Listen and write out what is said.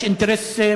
יש אינטרס משותף.